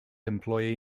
employee